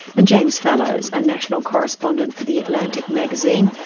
and james fallows, a national correspondent for the atlantic magazine,